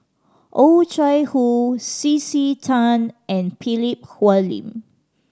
Oh Chai Hoo C C Tan and Philip Hoalim